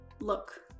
Look